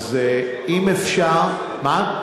אז אם אפשר, מה?